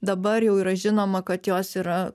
dabar jau yra žinoma kad jos yra